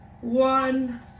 one